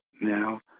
now